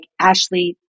Ashley